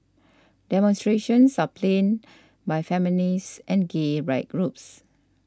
demonstrations are planned by feminist and gay rights groups